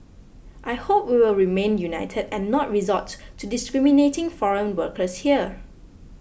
I hope we will remain united and not resort to discriminating foreign workers here